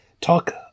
talk